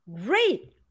great